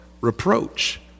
reproach